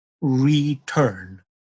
return